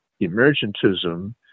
emergentism